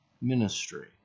ministry